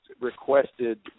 requested